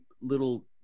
little